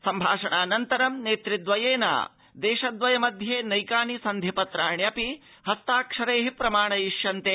सम्भाषणाऽनन्तरं नेतु द्वयेन देशद्वयमध्ये नैकानि सन्धि पत्राण्यपि हस्ताक्षरैः प्रमाणयिष्यन्ते